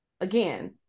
again